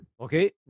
Okay